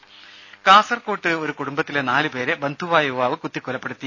രേര കാസർക്കോട്ട് ഒരു കുടുംബത്തിലെ നാലു പേരെ ബന്ധുവായ യുവാവ് കുത്തിക്കൊലപ്പെടുത്തി